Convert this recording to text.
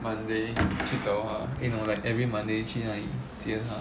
monday 去找她 eh no like every monday 去那里接他